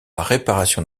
réparation